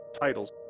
titles